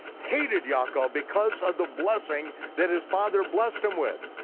hated yaakov because of the blessing that his father blessed him with.